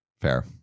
Fair